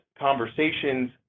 conversations